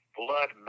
blood